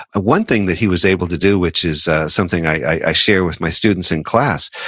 one thing that he was able to do which is something i share with my students in class,